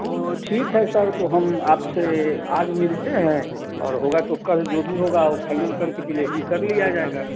तो ठीक है सर तो हम आपसे आज मिलते हैं और होगा तो कल जो भी होगा वह फाइनल करके डिलेवरी कर लिया जाएगा